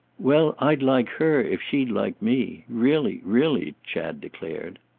well, i'd like her if she'd like me. really, really, chad declared.